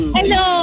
Hello